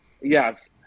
Yes